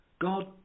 God